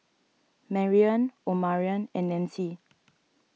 Marrion Omarion and Nanci